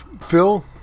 Phil